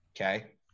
Okay